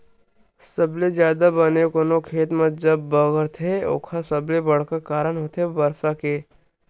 सबले जादा बन कोनो खेत म जब बगरथे ओखर सबले बड़का कारन होथे बरसा के